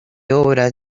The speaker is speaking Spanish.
obras